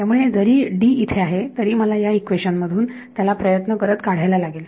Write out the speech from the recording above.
त्यामुळे जरी इथे आहे तरी मला या इक्वेशन मधून त्याला प्रयत्न करत काढायला लागेल